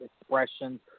expressions